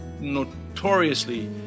notoriously